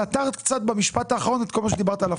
סתרת קצת במשפט האחרון את כל מה שדיברת עליו קודם.